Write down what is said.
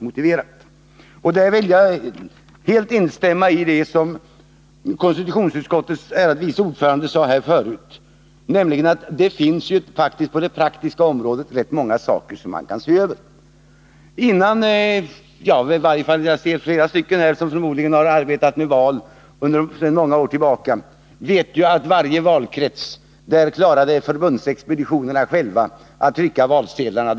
Därvidlag vill jag helt instämma i vad konstitutionsutskottets ärade vice ordförande sade här förut, nämligen att det på det praktiska området finns rätt många saker som man kan se över. Jag ser i varje fall flera här i kammaren som förmodligen har arbetat med val sedan många år tillbaka, och de vet att i varje valkrets klarade förbundsexpeditionerna själva av att låta trycka valsedlarna.